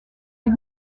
des